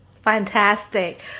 Fantastic